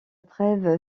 trève